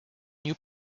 new